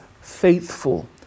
faithful